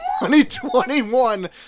2021